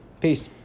Peace